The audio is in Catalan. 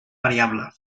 variable